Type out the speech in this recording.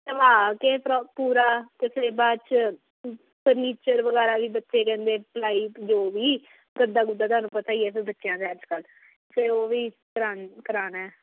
ਢਵਾ ਕੇ ਪਰੋ ਪੂਰਾ ਅਤੇ ਫਿਰ ਬਾਅਦ 'ਚ ਫਰਨੀਚਰ ਵਗੈਰਾ ਵੀ ਬੱਚੇ ਕਹਿੰਦੇ ਪਲਾਈ ਜੋ ਵੀ ਗੱਦਾ ਗੁੱਦਾ ਤੁਹਾਨੂੰ ਪਤਾ ਹੀ ਆ ਫਿਰ ਬੱਚਿਆਂ ਦਾ ਅੱਜ ਕੱਲ੍ਹ ਫਿਰ ਉਹ ਵੀ ਕਰਾ ਕਰਾਉਣਾ ਹੈ